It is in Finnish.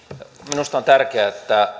minusta on tärkeää että